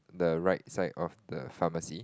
the right side of the pharmacy